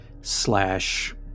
slash